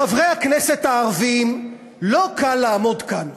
לחברי הכנסת הערבים לא קל לעמוד כאן.